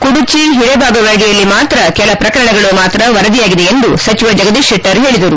ಕುಡುಚಿ ಹಿರೇಬಾಗೇವಾಡಿಯಲ್ಲಿ ಮಾತ್ರ ಕೆಲ ಪ್ರಕರಣಗಳು ಮಾತ್ರ ವರದಿಯಾಗಿದೆ ಎಂದು ಸಚಿವ ಜಗದೀಶ್ ಶೆಟ್ಟರ್ ಹೇಳಿದರು